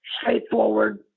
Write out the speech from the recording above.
straightforward